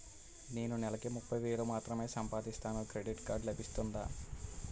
నేను నెల కి ముప్పై వేలు మాత్రమే సంపాదిస్తాను క్రెడిట్ కార్డ్ లభిస్తుందా?